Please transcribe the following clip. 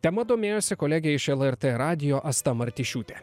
tema domėjosi kolegė iš lrt radijo asta martišiūtė